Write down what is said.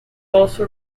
also